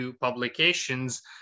publications